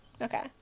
Okay